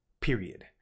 Period